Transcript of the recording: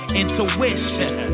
intuition